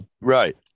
right